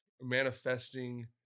manifesting